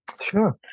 Sure